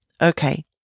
Okay